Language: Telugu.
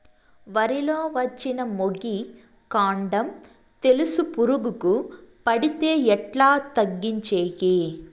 వరి లో వచ్చిన మొగి, కాండం తెలుసు పురుగుకు పడితే ఎట్లా తగ్గించేకి?